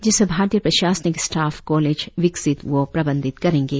जिसे भारतीय प्रशासनिक स्टाफ कॉलेज विकसित व प्रबंधित करेंगे